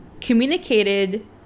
communicated